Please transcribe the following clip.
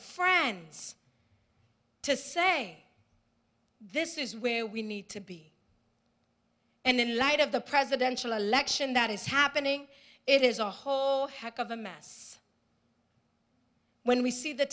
friends to say this is where we need to be and in light of the presidential election that is happening it is a whole heck of a mass when we see the